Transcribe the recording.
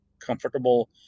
comfortable